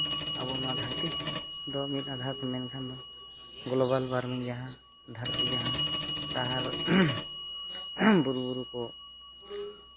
ᱟᱵᱚ ᱱᱚᱣᱟ ᱫᱷᱟᱹᱨᱛᱤ ᱫᱚ ᱢᱤᱫ ᱟᱫᱷᱟᱨ ᱛᱮ ᱢᱮᱱᱠᱷᱟᱱ ᱫᱚ ᱜᱞᱳᱵᱟᱞᱳᱟᱨᱢᱤᱝ ᱡᱟᱦᱟᱸ ᱫᱷᱟᱹᱨᱛᱤ ᱡᱟᱦᱟᱸ ᱥᱟᱦᱟᱨ ᱵᱩᱨᱩ ᱵᱩᱨᱩ ᱠᱚ